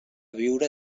viure